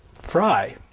fry